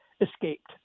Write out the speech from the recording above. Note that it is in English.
escaped